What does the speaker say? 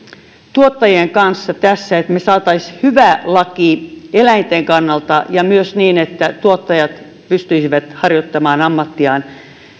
tuottajien kanssa tässä että me saisimme hyvän lain eläinten kannalta ja myös niin että tuottajat pystyisivät harjoittamaan ammattiaan